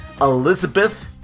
Elizabeth